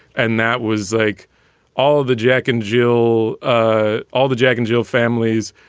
and that was like all the jack and jill, ah all the jack and jill families.